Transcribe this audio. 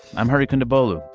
i'm hurrican ebola.